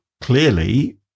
clearly